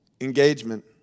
engagement